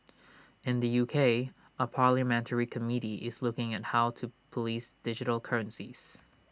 in the U K A parliamentary committee is looking at how to Police digital currencies